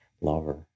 lover